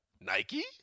Nike